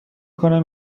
کنم